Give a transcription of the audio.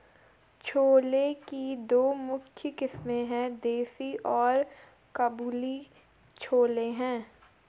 छोले की दो मुख्य किस्में है, देसी और काबुली छोले हैं